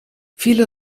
viele